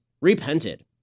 repented